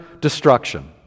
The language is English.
destruction